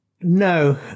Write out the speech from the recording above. No